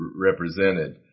represented